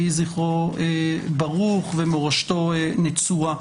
יהי זכרו ברוך ומורשתו נצורה.